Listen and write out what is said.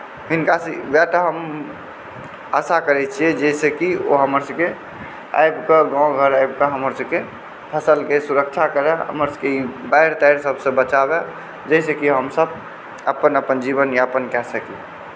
हिनकासँ वएह टा हम आशा करै छियै जाहिसँ कि ओ हमर सभकेँ आबिकऽ गाँव घर आबिकऽ हमर सभकेँ फसलके सुरक्षा करै हमर सभकेँ बाढ़ि ताढ़ि सभसे बचावै जाहिसँ कि हम सभ अपन अपन जीवनयापन कए सकी